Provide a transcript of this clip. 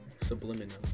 Subliminal